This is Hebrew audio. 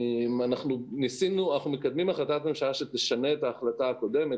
אנחנו מקדמים החלטת ממשלה שתשנה את ההחלטה הקודמת,